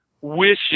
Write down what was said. wishes